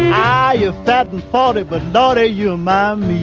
i ah hadn't thought it but not a young man